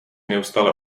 neustále